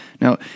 Now